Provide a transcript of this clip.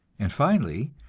and finally,